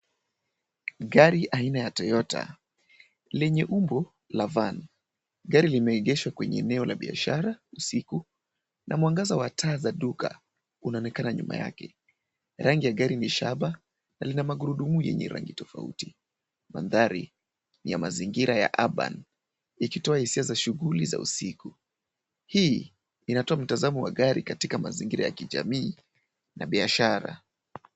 Gari aina ya Toyota lenye umbo la van . Gari limeegeshwa kwenye eneo la biashara usiku na mwangaza wa taa za duka unaonekna nyuma yake. Rangi ya gari ni shaba na lina magurudumu yenye rangi tofauti. Mandhari ni ya mazingira ya urban ikitoa hisia za shughuli za usiku. Hii inatoa mtazamo wa gari katika mzingira ya kijamii na biashara.